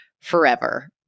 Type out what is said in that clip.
forever